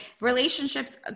relationships